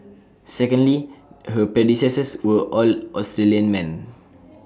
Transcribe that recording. secondly her predecessors were all Australian men